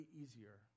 easier